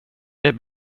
det